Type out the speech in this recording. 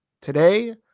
today